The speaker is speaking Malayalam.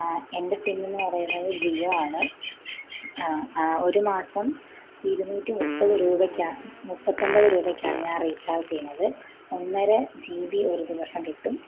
എൻ്റെ സിമ്മെന്ന് പറയുന്നത് ജിയോ ആണ് ഒരു മാസം ഇരുന്നൂറ്റി മുപ്പത് രൂപയ്ക്കാ മുപ്പത്തൊൻപത് രൂപയ്ക്കാണ് ഞാൻ റീചാർജ് ചെയ്യണത് ഒന്നര ജി ബി ഒരു ദിവസം കിട്ടും